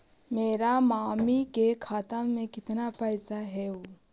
मेरा मामी के खाता में कितना पैसा हेउ?